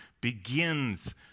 begins